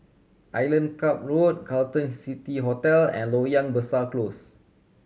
Island Club Road Carlton City Hotel and Loyang Besar Close